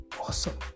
awesome